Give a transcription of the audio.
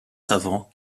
savants